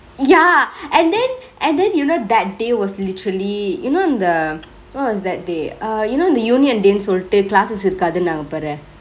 ya and then and then you know that day was literally you know the what was that day uh you know இந்த:indtha union day னு சொல்லிட்டு:nu sollitu classes இருக்காதுனாங்க பாரு:irukaathunaangke paaru